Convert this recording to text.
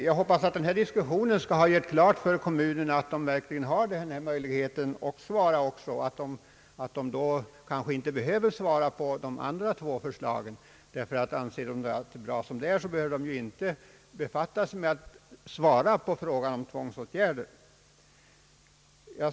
Jag hoppas att denna diskussion har klargjort för kommunerna att de kan underlåta att svara, om de anser att förhållandena är bra som de är. Då behöver de ju inte befatta sig med att svara på frågan om tvångsåtgärder.